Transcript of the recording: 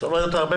זאת אומרת, רבים